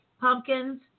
pumpkins